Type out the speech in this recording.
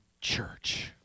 church